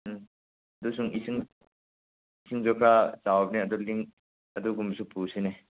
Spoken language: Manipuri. ꯎꯝ ꯑꯗꯨꯁꯨ ꯏꯁꯤꯡ ꯏꯁꯤꯡꯁꯨ ꯈꯔ ꯆꯥꯎꯕꯅꯦ ꯑꯗꯨꯒꯨꯝꯕꯁꯨ ꯄꯨꯁꯤꯅꯦ